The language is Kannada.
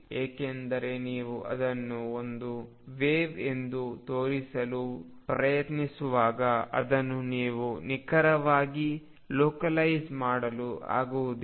ಏಕೆಂದರೆ ನೀವು ಅದನ್ನು ಒಂದು ವೆವ್ ಎಂದು ತೋರಿಸಲು ಪ್ರಯತ್ನಿಸುವಾಗ ಅದನ್ನು ನೀವು ನಿಖರವಾಗಿ ಲೊಕಲೈಜ್ ಮಾಡಲು ಆಗುವುದಿಲ್ಲ